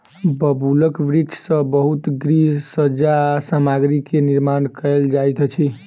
बबूलक वृक्ष सॅ बहुत गृह सज्जा सामग्री के निर्माण कयल जाइत अछि